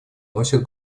носит